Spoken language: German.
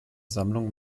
sammlung